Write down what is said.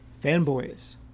Fanboys